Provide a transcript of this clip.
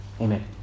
Amen